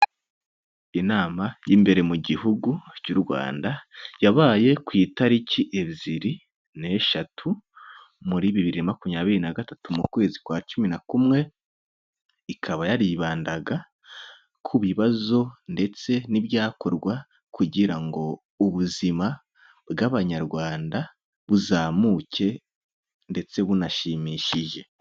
Inama y'imbere mu gihugu cy'u Rwanda, yabaye ku itariki ebyiri n'eshatu muri bibiri na makumyabiri na gatatu, mu kwezi kwa cumi na kumwe, ikaba yaribandaga ku bibazo ndetse n'ibyakorwa kugira ngo ubuzima bw'Abanyarwanda buzamuke ndetse bunashimishije.